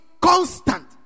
constant